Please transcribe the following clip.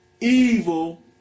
evil